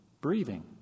breathing